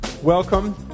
Welcome